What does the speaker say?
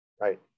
right